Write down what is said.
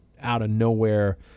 out-of-nowhere